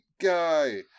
guy